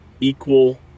equal